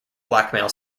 blackmail